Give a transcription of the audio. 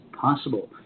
possible